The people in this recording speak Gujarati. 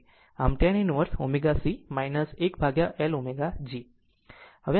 આમ tan inverse ω C 1l ωG